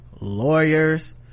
lawyers